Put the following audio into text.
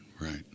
Right